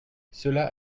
cela